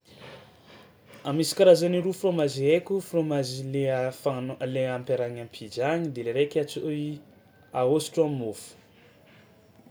A misy karazany roa frômazy haiko frômazy le fagnanao- le ampiarahagna am'pizza igny de le raiky antso- i- ahôsotro am'môfo